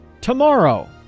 Tomorrow